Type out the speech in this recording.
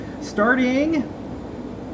starting